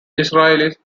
israelis